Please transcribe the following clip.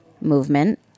movement